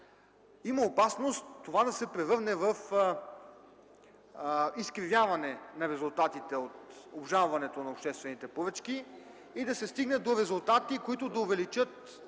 има опасност това да се превърне в изкривяване на резултатите от обжалването на обществените поръчки и да се стигне до резултати, които да увеличат общата